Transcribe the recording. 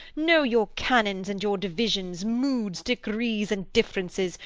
know your canons and your divisions, moods, degrees, and differences,